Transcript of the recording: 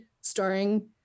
starring